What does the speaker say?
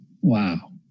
Wow